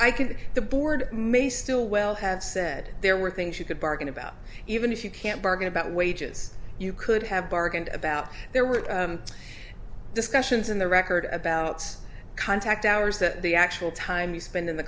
i could take the board may still well have said there were things you could bargain about even if you can't bargain about wages you could have bargained about there were discussions in the record about contact hours that the actual time you spend in the